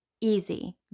easy